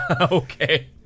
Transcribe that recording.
okay